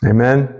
Amen